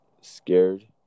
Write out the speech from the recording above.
scared